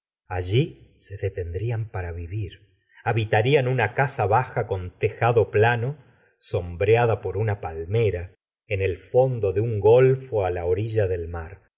alli se detendrían para vivir habitarían una casa baja con tejado plano sombreada por una palmera en el fondo de un golfo á la orilia del mar